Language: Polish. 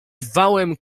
wałem